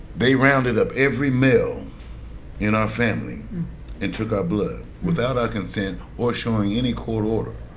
they rounded up every male in our family and took our blood, without our consent or showing any court order.